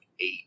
eight